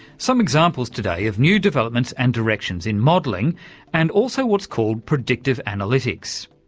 some examples today of new developments and directions in modelling and also what's called predictive analytics,